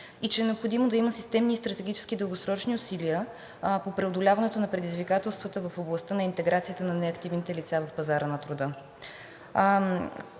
и че е необходимо да има системни и стратегически дългосрочни усилия по преодоляването на предизвикателствата в областта на интеграцията на неактивните лица в пазара на труда.